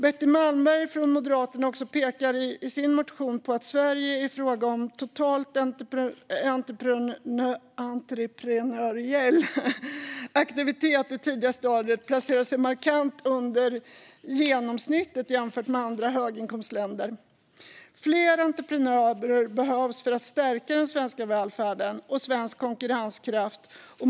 Betty Malmberg från Moderaterna pekar i sin motion på att Sverige i fråga om total entreprenöriell aktivitet i tidiga stadier placerar sig markant under genomsnittet jämfört med andra höginkomstländer. Fler entreprenörer behövs för att stärka den svenska välfärden och svensk konkurrenskraft.